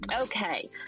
okay